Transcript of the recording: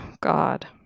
God